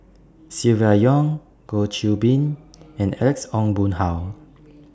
Silvia Yong Goh Qiu Bin and Alex Ong Boon Hau